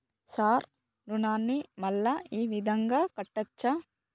Sir రుణాన్ని మళ్ళా ఈ విధంగా కట్టచ్చా?